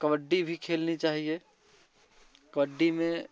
कबड्डी भी खेलनी चाहिए कबड्डी में